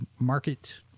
market